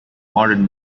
modern